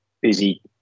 busy